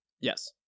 Yes